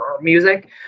music